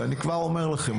ואני כבר אומר לכם,